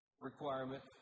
requirement